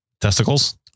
testicles